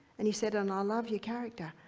and he said, and i love your character.